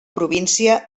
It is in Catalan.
província